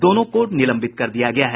दोनों को निलंबित कर दिया गया है